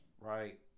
right